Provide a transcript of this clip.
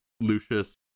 Lucius